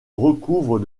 recouvre